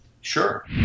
Sure